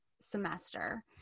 semester